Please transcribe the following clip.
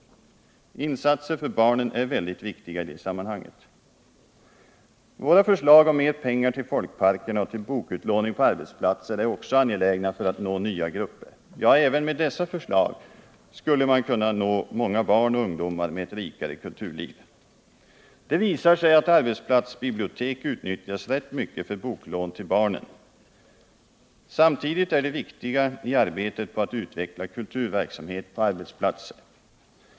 Insatser för barnen är väldigt viktiga i det sammanhanget. Våra förslag om mera pengar till folkparkerna och till bokutlåning på arbetsplatser är också angelägna för att nå nya grupper. Ja, även med dessa förslag skulle man kunna nå många barn och ungdomar med ett rikare kulturliv. Det visar sig att arbetsplatsbibliotek utnyttjas rätt mycket för boklån till barnen. Samtidigt är de viktiga i arbetet på att utveckla kulturverksamhet på arbetsplatser.